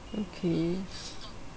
okay